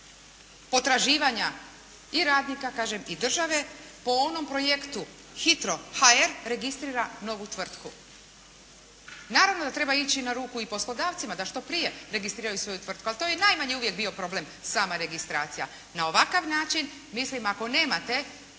potraživanja i radnika kažem i države, po onom projektu HITRO.HR registrira novu tvrtku. Naravno da treba ići na ruku i poslodavcima da što prije registriraju svoju tvrtku. Ali, to je najmanji uvijek bio problem, sama registracija. Na ovakav način mislim ako nemate